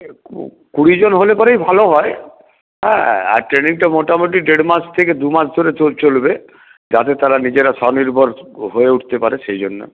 কুড়িজন হলে পরেই ভালো হয় হ্যাঁ আর ট্রেনিংটা মোটামটি দেড় মাস থেকে দু মাস ধরে চলবে যাতে তারা নিজেরা স্বনির্ভর হয়ে উঠতে পারে সেই জন্য